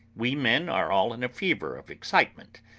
we men are all in a fever of excitement,